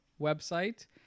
website